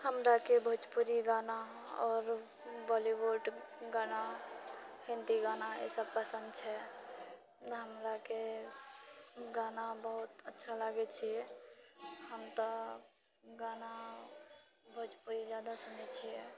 हमराके भोजपुरी गाना आओर बॉलीवुड गाना हिन्दी गाना ईसभ पसन्द छै हमराके गाना बहुत अच्छा लागैत छियै हम तऽ गाना भोजपुरी जादा सुनैत छियै